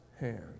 hand